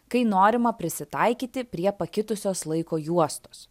kai norima prisitaikyti prie pakitusios laiko juostos